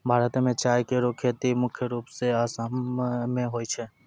भारत म चाय केरो खेती मुख्य रूप सें आसाम मे होय छै